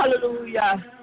Hallelujah